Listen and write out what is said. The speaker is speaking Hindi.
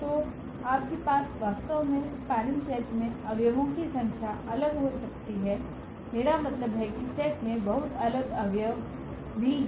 तो आपके पास वास्तव में स्पनिंग सेट में अव्यवों की संख्या अलग हो सकती है मेरा मतलब है कि सेट में बहुत अलग अव्यव भी हैं